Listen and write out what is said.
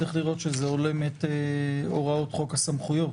צריך לראות שזה הולם את הוראות חוק הסמכויות.